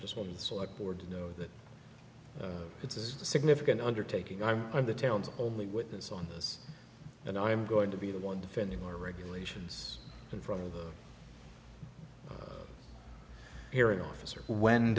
just one select board to do that it's a significant undertaking i'm on the town's only witness on this and i'm going to be the one defending our regulations in front of the hearing officer when